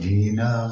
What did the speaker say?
Dina